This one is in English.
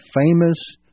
famous